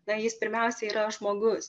na jis pirmiausiai yra žmogus